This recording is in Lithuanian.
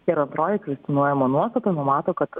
ir antroji kvestionuojama nuostata numato kad